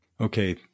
Okay